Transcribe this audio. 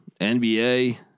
NBA